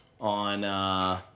on